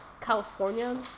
California